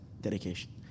dedication